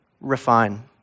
Refine